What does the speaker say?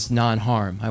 non-harm